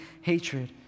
hatred